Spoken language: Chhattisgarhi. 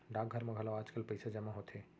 डाकघर म घलौ आजकाल पइसा जमा होथे